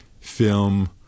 film